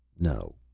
no.